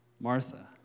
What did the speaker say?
Martha